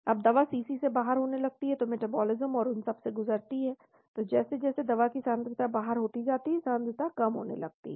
अब दवा CC से बाहर होने लगती है तो मेटाबॉलिज्म और उस सब से गुजरती है तो जैसे जैसे दवा की सांद्रता बाहर होती जाती है सांद्रता कम होने लगती है